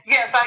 Yes